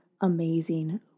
amazing